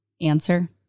answer